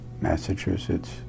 Massachusetts